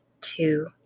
two